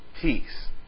peace